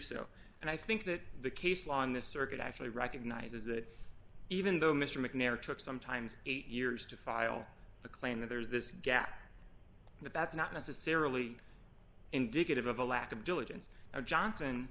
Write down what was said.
so and i think that the case law on this circuit actually recognizes that even though mr mcnair took sometimes eight years to file a claim that there's this gap in the bets not necessarily indicative of a lack of diligence and johnson